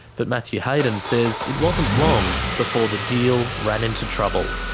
but matthew hayden says it wasn't long before the deal ran into trouble.